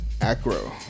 Acro